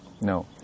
No